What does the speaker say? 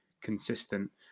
consistent